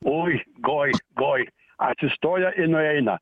oi oi oi atsistoja ir nueina